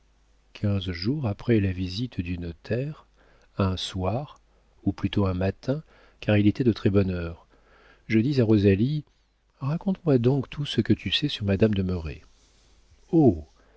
quinze jours après la visite du notaire un soir ou plutôt un matin car il était de très bonne heure je dis à rosalie raconte-moi donc tout ce que tu sais sur madame de